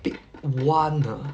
pick one ah